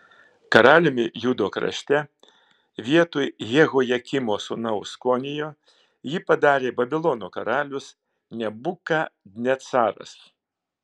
karaliumi judo krašte vietoj jehojakimo sūnaus konijo jį padarė babilono karalius nebukadnecaras